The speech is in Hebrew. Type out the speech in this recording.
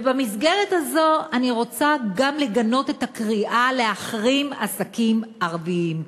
ובמסגרת הזו אני רוצה גם לגנות את הקריאה להחרים עסקים ערביים.